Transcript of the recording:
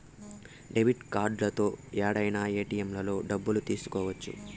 debit కార్డుతో యాడైనా ఏటిఎంలలో డబ్బులు తీసుకోవచ్చు